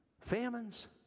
Famines